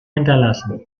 hinterlassen